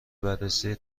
بررسی